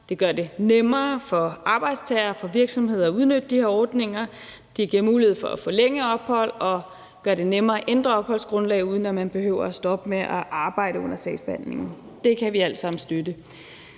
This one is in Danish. Det gør det nemmere for arbejdstagere og for virksomheder at udnytte de her ordninger, det giver mulighed for at forlænge ophold og gør det nemmere at ændre opholdsgrundlag, uden at man behøver at stoppe med at arbejde under sagsbehandlingen. Det kan vi alt sammen støtte.